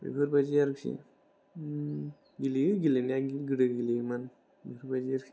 बेफोरबायदि आरोखि ओम गेलेयो गेलेनाया गोदो गेलेयोमोन बेफोरबायदि आरोखि